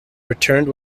returned